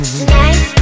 Tonight